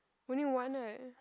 only one right